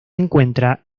encuentra